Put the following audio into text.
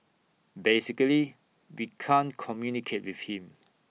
basically we can't communicate with him